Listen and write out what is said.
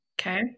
Okay